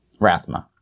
Rathma